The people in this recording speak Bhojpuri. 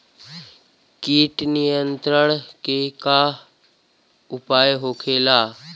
कीट नियंत्रण के का उपाय होखेला?